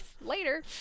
later